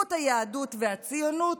עיוות היהדות והציונות,